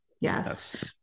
Yes